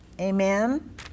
Amen